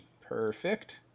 Perfect